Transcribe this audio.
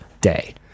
day